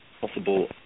possible